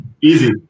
Easy